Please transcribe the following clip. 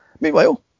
Meanwhile